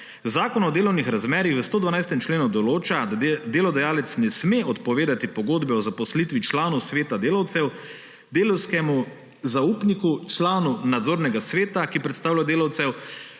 Zakon o delovnih razmerjih v 112. členu določa, da delodajalec ne sme odpovedati pogodbe o zaposlitvi članu sveta delavcev, delavskemu zaupniku, članu nadzornega sveta, ki predstavlja delavce,